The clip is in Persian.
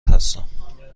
هستم